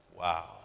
Wow